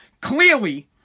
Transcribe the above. clearly